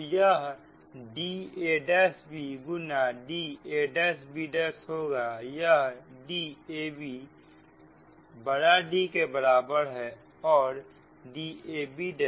तो यह dab गुना dabहोगा यह dab D के बराबर है और dab